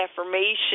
affirmation